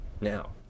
Now